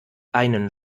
einen